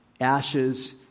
ashes